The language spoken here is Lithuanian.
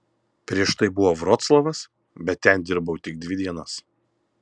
prieš tai buvo vroclavas bet ten dirbau tik dvi dienas